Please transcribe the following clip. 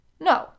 No